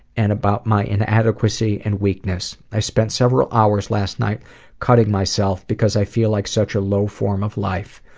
and about my inadequacy and weakness. i spent several hours last night cutting myself because i feel like such a low form of life.